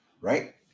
right